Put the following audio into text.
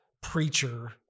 preacher